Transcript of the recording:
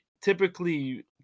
typically